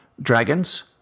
dragons